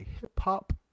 hip-hop